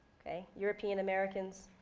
european americans,